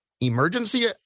emergency